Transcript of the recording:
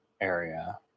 area